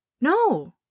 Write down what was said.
No